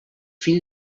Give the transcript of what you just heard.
fill